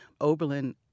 Oberlin